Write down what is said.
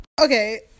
Okay